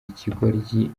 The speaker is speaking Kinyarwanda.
ikigoryi